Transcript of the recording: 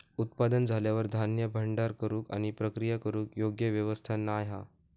उत्पादन झाल्यार धान्य भांडार करूक आणि प्रक्रिया करूक योग्य व्यवस्था नाय हा